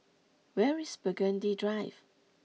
where is Burgundy Drive